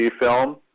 film